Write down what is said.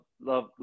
love